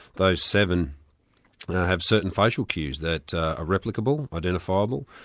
those seven have certain facial cues that are replicable, identifiable.